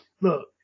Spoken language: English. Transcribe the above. look